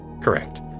Correct